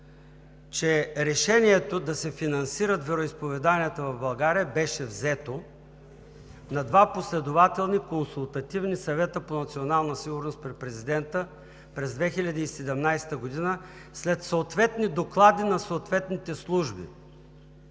че решението да се финансират вероизповеданията в България беше взето на два последователни консултативни съвета по националната сигурност при президента през 2017 г., след съответните доклади на съответните служби,